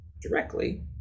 directly